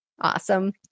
Awesome